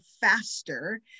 faster